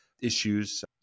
issues